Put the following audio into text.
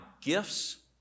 gifts